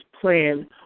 plan